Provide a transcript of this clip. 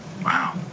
Wow